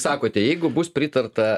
sakote jeigu bus pritarta